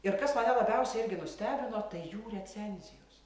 ir kas mane labiausiai irgi nustebino tai jų recenzijos